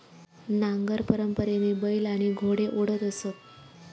नांगर परंपरेने बैल आणि घोडे ओढत असत